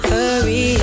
Hurry